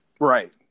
Right